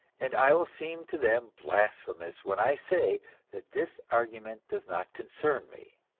and i will seem to them blasphemous when i say that this argument does not concern me.